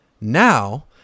Now